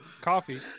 coffee